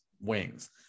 wings